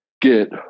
get